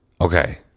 Okay